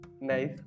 nice